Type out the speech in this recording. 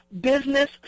business